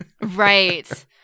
Right